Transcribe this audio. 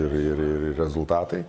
ir ir ir rezultatai